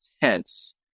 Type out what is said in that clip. tense